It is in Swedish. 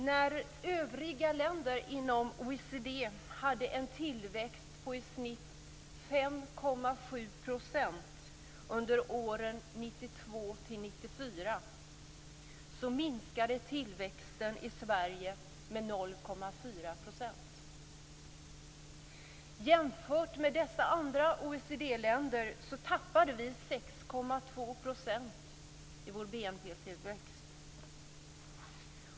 När övriga länder inom OECD hade en tillväxt på i snitt 5,7 % under åren 1992-94 minskade tillväxten i länder tappade vi 6,2 % i vår BNP-tillväxt.